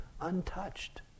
untouched